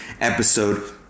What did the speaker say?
episode